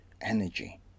energy